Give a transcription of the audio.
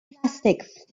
plastics